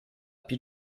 più